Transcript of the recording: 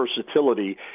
versatility